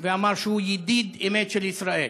ואמר שהוא ידיד אמת של ישראל.